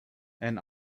and